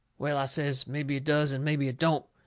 well, i says, mebby it does and mebby it don't.